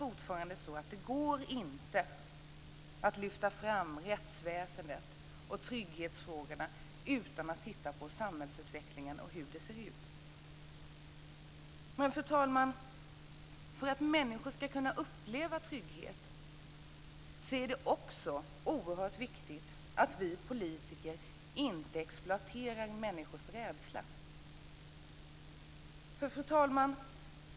Och det går inte att lyfta fram rättsväsendet och trygghetsfrågorna utan att titta på samhällsutvecklingen. Fru talman! För att människor ska kunna uppleva trygghet är det oerhört viktigt att vi politiker inte exploaterar människors rädsla.